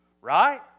Right